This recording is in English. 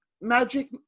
magic